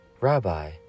Rabbi